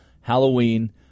Halloween